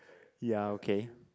ya okay